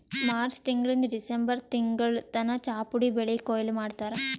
March ತಿಂಗಳಿಂದ್ December ತಿಂಗಳ್ ತನ ಚಾಪುಡಿ ಬೆಳಿ ಕೊಯ್ಲಿ ಮಾಡ್ತಾರ್